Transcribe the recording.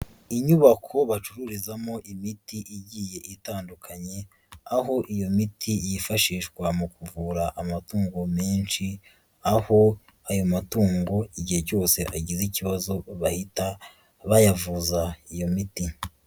Inyubako bacururizamo imiti igiye itandukanye aho iyi miti yifashishwa mu kuvura amatungo menshi, aho ayo matungo igihe cyose agize ikibazo bahita bayavuza iyo miti.